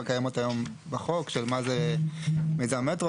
קיימות היום בחוק של מה זה "מיזם מטרו",